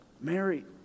mary